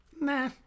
Nah